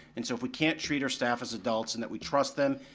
and so if we can't treat our staff as adults and that we trust them